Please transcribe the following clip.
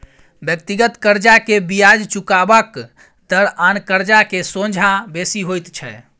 व्यक्तिगत कर्जा के बियाज चुकेबाक दर आन कर्जा के सोंझा बेसी होइत छै